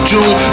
June